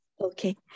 Okay